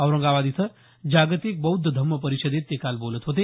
औरंगाबाद इथं जागतिक बौद्ध धम्म परिषदेत ते काल बोलत होते